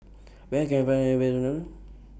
Where Can I Find The Best Unadon